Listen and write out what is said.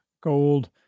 Gold